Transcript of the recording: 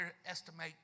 underestimate